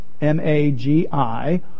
M-A-G-I